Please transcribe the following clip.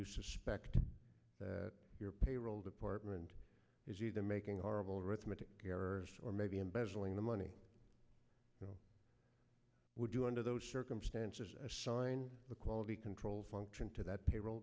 you suspect that your payroll department is either making horrible arithmetic errors or maybe embezzling the money you would do under those circumstances assign a quality control function to that payroll